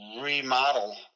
remodel